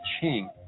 Ching